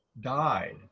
died